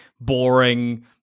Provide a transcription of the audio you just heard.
boring